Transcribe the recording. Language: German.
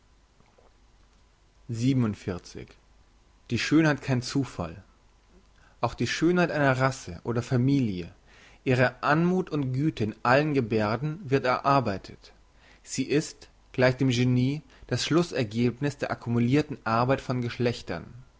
die schönheit kein zufall auch die schönheit einer rasse oder familie ihre anmuth und güte in allen gebärden wird erarbeitet sie ist gleich dem genie das schlussergebniss der accumulirten arbeit von geschlechtern